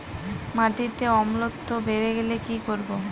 মাটিতে অম্লত্ব বেড়েগেলে কি করব?